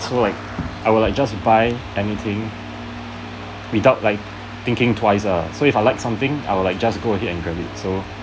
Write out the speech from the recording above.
so like I would like just buy anything without like thinking twice uh so if I like something I would like just go ahead and grab it so